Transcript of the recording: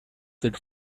should